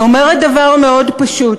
היא אומרת דבר מאוד פשוט: